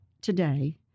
today